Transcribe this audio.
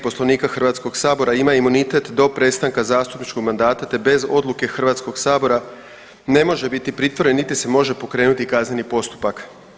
Poslovnika Hrvatskog sabora ima imunitet do prestanka zastupničkog mandata te bez odluke Hrvatskog sabora ne može biti pritvoren niti se može pokrenuti kazneni postupak.